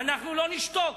ואנחנו לא נשתוק